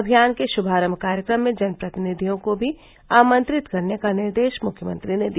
अभियान के शुभारम्भ कार्यक्रम में जनप्रतिनिधियों को भी आमंत्रित करने का निर्देश मुख्यमंत्री ने दिया